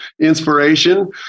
inspiration